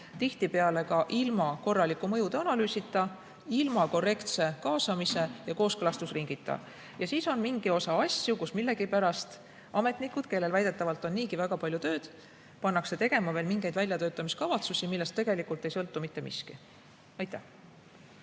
tihtipeale ka ilma korraliku mõjude analüüsita, ilma korrektse kaasamise ja kooskõlastusringita. Siis on aga veel mingi osa asju, kus millegipärast ametnikud, kellel väidetavalt on niigi väga palju tööd, pannakse tegema mingeid väljatöötamiskavatsusi, millest tegelikult ei sõltu mitte miski.